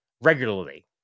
regularly